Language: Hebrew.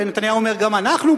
ונתניהו אומר גם אנחנו,